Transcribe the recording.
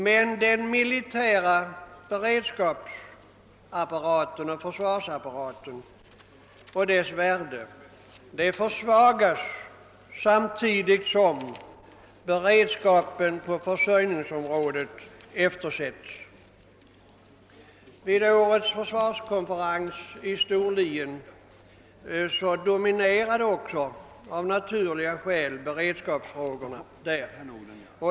Men den militära beredskapsapparaten och dess värde försvagas samtidigt som beredskapen på försörjningsområdet eftersätts. Vid årets försvarskonferens i Storlien dominerade också av naturliga skäl beredskapsfrågorna.